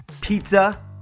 pizza